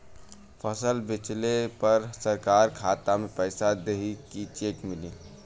फसल बेंचले पर सरकार खाता में पैसा देही की चेक मिली?